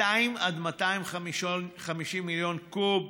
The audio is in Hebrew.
200 עד 250 מיליון קוב,